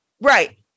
Right